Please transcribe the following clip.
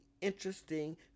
interesting